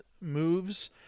moves